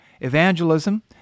evangelism